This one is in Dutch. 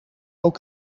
ook